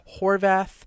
Horvath